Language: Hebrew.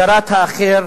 הדרת האחר,